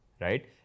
right